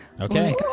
Okay